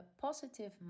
positive